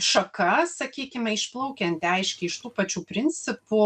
šaka sakykime išplaukianti aiškiai iš tų pačių principų